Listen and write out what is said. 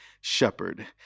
shepherd